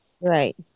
Right